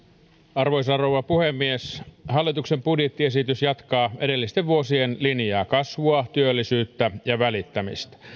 arvoisa rouva puhemies hallituksen budjettiesitys jatkaa edellisten vuosien linjaa kasvua työllisyyttä ja välittämistä